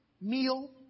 Meal